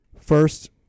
first